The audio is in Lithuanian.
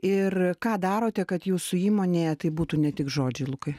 ir ką darote kad jūsų įmonėje tai būtų ne tik žodžiai lukai